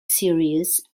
series